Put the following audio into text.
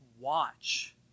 watch